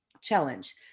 challenge